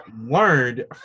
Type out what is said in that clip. learned